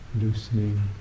Loosening